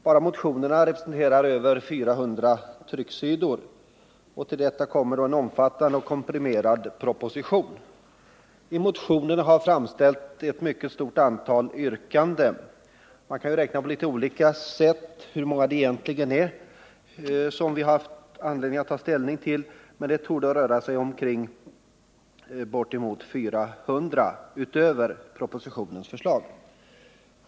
Bara motionerna representerar över 400 trycksidor, och till detta kommer en omfattande och komprimerad proposition. I motionerna har framställts ett mycket stort antal yrkanden. Man kan räkna på litet olika sätt hur många yrkanden vi egentligen haft att ta ställning till, men det torde röra sig om bortemot 400, utöver propositionens förslag.